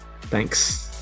Thanks